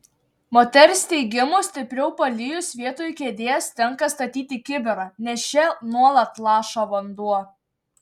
moters teigimu stipriau palijus vietoj kėdės tenka statyti kibirą nes čia nuolat laša vanduo